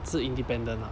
自 independent lah